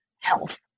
health